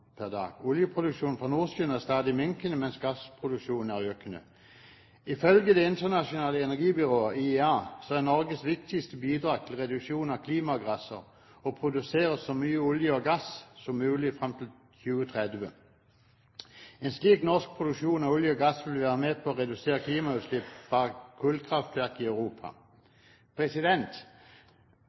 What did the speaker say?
Oljeproduksjonen i Nordsjøen er stadig minkende, mens gassproduksjonen er økende. Ifølge Det internasjonale energibyrået, IEA, er Norges viktigste bidrag til reduksjon av klimagasser å produsere så mye olje og gass som mulig fram til 2030. En slik norsk produksjon av olje og gass vil være med på å redusere klimagassutslipp fra kullkraftverk i Europa.